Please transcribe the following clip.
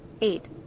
eight